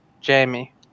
Jamie